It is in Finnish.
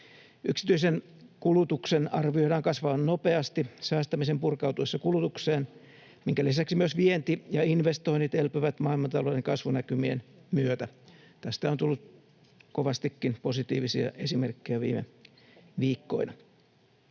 Yksityisen kulutuksen arvioidaan kasvavan nopeasti säästämisen purkautuessa kulutukseen, minkä lisäksi myös vienti ja investoinnit elpyvät maailmantalouden kasvunäkymien myötä. Tästä on tullut kovastikin positiivisia esimerkkejä viime viikkoina.